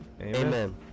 Amen